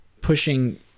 pushing